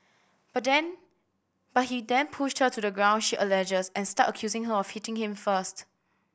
but then but he then pushed her to the ground she alleges and started accusing her of hitting him first